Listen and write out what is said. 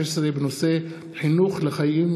יוסי יונה,